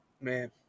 Man